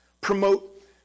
promote